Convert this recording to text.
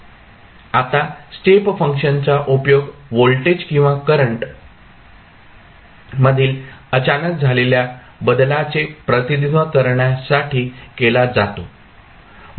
आता स्टेप फंक्शनचा उपयोग व्होल्टेज किंवा करंट मधील अचानक झालेल्या बदलाचे प्रतिनिधित्व करण्यासाठी केला जातो